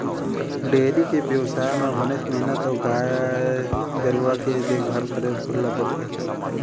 dairy के बेवसाय म बनेच मेहनत अउ गाय गरूवा के देखभाल करे ल परथे